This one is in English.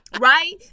Right